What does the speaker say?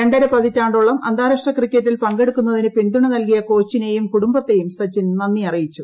രണ്ടര പതിറ്റാണ്ടോളം അന്താരാഷ്ട്ര ക്രിക്കറ്റിൽ പങ്കെടുക്കുന്നതിന് പിന്തുണ നൽകിയ കോച്ചിനേയും കുടുംബത്തേയും സച്ചിൻ നന്ദി അറിയിച്ചു